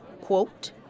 quote